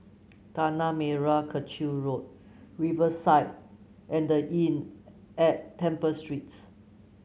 Tanah Merah Kechil Road Riverside and The Inn at Temple Streets